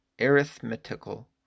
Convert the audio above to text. Arithmetical